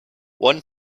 one